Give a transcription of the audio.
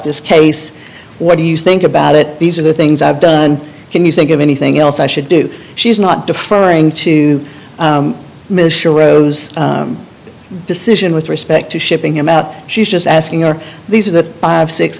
this case what do you think about it these are the things i've done can you think of anything else i should do she's not deferring to michelle rose decision with respect to shipping him out she's just asking are these are the five